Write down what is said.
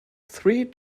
three